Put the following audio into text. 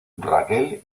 raquel